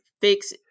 fix